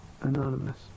anonymous